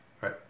right